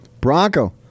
Bronco